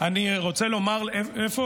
אין לנו, ואולי